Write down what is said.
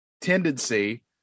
tendency